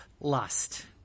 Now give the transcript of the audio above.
lust